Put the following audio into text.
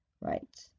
right